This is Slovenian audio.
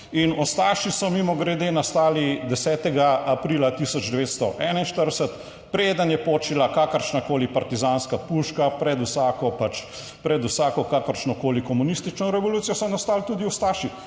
In ustaši so, mimogrede, nastali 10. aprila 1941, preden je počila kakršnakoli partizanska puška, pred vsako, pač, pred vsako kakršnokoli komunistično revolucijo so nastali tudi ustaši